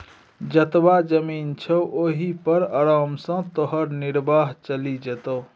जतबा जमीन छौ ओहि पर आराम सँ तोहर निर्वाह चलि जेतौ